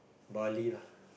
Bali lah